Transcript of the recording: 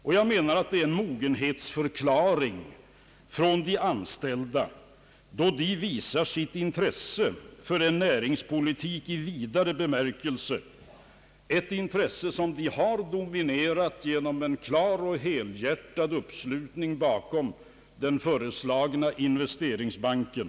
Det är en mogenhetsförklaring från de anställda, då de visar sitt intresse för en näringspolitik i vidare bemärkelse, ett intresse som de har dokumenterat genom en klar och helhjärtad uppslutning kring den föreslagna investeringsbanken.